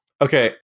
Okay